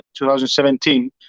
2017